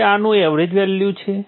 હવે આનું average value છે